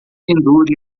pendure